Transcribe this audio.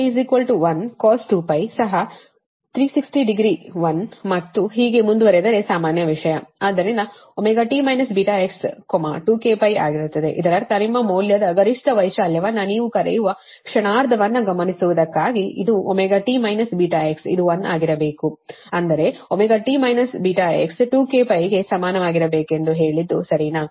ಆದ್ದರಿಂದωt βx 2kπ ಆಗಿರುತ್ತದೆ ಇದರರ್ಥ ನಿಮ್ಮ ಮೌಲ್ಯದ ಗರಿಷ್ಠ ವೈಶಾಲ್ಯವನ್ನು ನೀವು ಕರೆಯುವ ಕ್ಷಣಾರ್ಧವನ್ನು ಗಮನಿಸುವುದಕ್ಕಾಗಿ ಇದು ωt βx ಇದು 1 ಆಗಿರಬೇಕು ಅಂದರೆ ωt βx2kπ ಗೆ ಸಮನಾಗಿರಬೇಕೆಂದು ಹೇಳಿದ್ದು ಸರಿನಾ